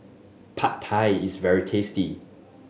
Pad Thai is very tasty